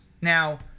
Now